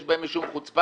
יש בה משום חוצפה,